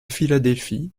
philadelphie